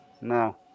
No